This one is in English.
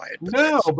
No